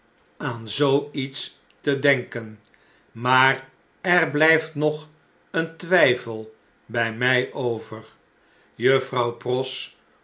aan zoo iets te denken maar er bl jjft nog een twijfel bjj mij over juffrouw press